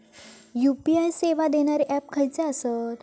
UPI सेवा देणारे app खयचे आसत?